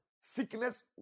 Sickness